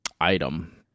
item